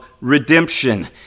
redemption